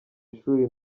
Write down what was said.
ishuri